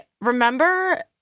Remember